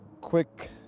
quick